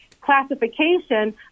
classification